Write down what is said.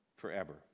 Forever